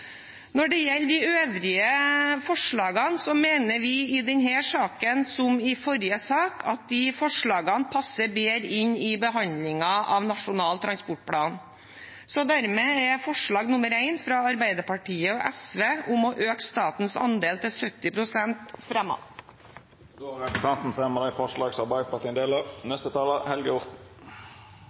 Når det gjelder de øvrige forslagene, mener vi i denne saken, som i forrige sak, at de passer bedre inn i behandlingen av nasjonal transportplan. Dermed er forslag nr. 1, fra Arbeiderpartiet og SV om å øke statens andel til 70 pst., fremmet. Representanten Kirsti Leirtrø har fremma det forslaget ho refererte til. De